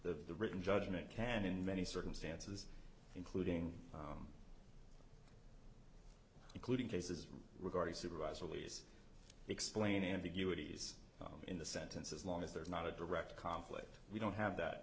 the written judgment can in many circumstances including including cases regarding supervisor please explain ambiguity s in the sentence as long as there's not a direct conflict we don't have that